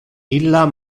illa